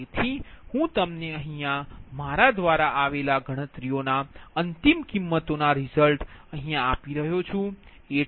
તેથી હું તમને અંતિમ કિમતો આપું છું A220